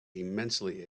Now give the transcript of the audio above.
immensely